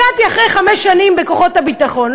הגעתי אחרי חמש שנים בכוחות הביטחון,